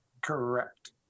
Correct